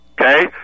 Okay